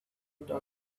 talk